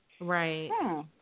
Right